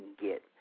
get